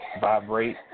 vibrate